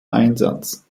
einsatz